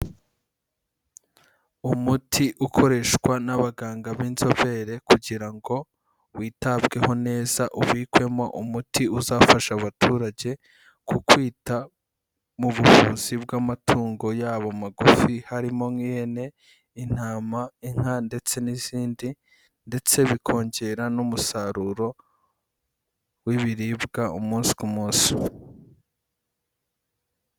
Umuti ukoreshwa n'abaganga b'inzobere kugira ngo witabweho neza ubikwemo umuti uzafasha abaturage ku kwita mu buvuzi bw'amatungo yabo magufi harimo nk'ihene, intama, inka ndetse n'izindi ndetse bikongera n'umusaruro w'ibiribwa umunsi ku munsi.